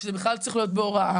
שזה בכלל צריך להיות בהוראה',